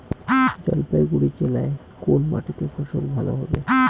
জলপাইগুড়ি জেলায় কোন মাটিতে ফসল ভালো হবে?